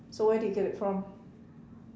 so where do you get it from